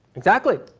exactly.